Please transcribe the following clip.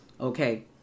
Okay